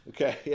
Okay